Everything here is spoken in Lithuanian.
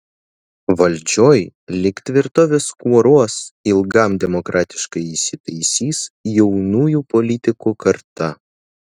valdžioj lyg tvirtovės kuoruos ilgam demokratiškai įsitaisys jaunųjų politikų karta